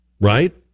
Right